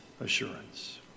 assurance